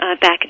back